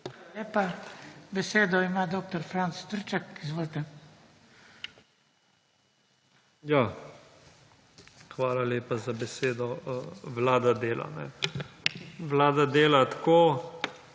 Hvala lepa za besedo. Vlada dela. Vlada dela tako,